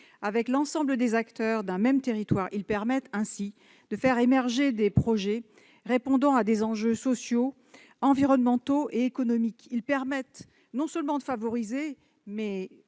par l'ensemble des acteurs d'un même territoire. Ils ont ainsi pour effet de faire émerger des projets répondant à des enjeux sociaux, environnementaux et économiques. Ils permettent de favoriser et